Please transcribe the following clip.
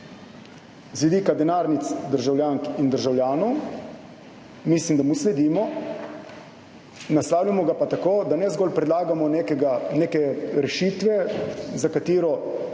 vidika denarnic državljank in državljanov, sledimo, naslavljamo ga pa tako, da ne predlagamo zgolj neke rešitve, za katero